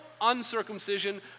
uncircumcision